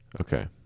okay